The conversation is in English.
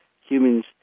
Humans